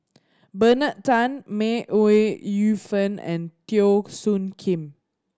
Bernard Tan May Ooi Yu Fen and Teo Soon Kim